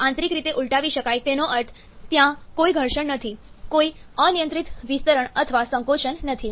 આંતરિક રીતે ઉલટાવી શકાય તેનો અર્થ ત્યાં કોઈ ઘર્ષણ નથી કોઈ અનિયંત્રિત વિસ્તરણ અથવા સંકોચન નથી